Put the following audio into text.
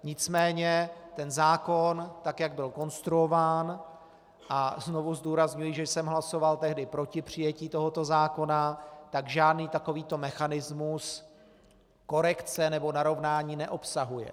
Nicméně ten zákon, tak jak byl konstruován a znovu zdůrazňuji, že jsem hlasoval tehdy proti přijetí tohoto zákona , žádný takovýto mechanismus korekce nebo narovnání neobsahuje.